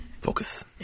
Focus